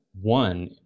one